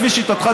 לפי שיטתך,